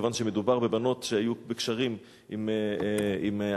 כיוון שמדובר בבנות שהיו בקשרים עם ערבים,